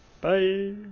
Bye